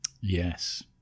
Yes